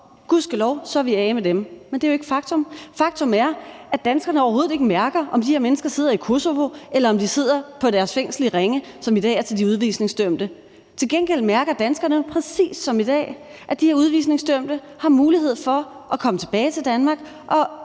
gudskelov, så er vi af med dem. Men det er jo ikke faktum. Faktum er, at danskerne overhovedet ikke mærker, om de her mennesker sidder i Kosovo, eller om de sidder i deres fængsel i Ringe, som i dag er til de udvisningsdømte. Til gengæld mærker danskerne præcis som i dag, at de her udvisningsdømte har mulighed for at komme tilbage til Danmark og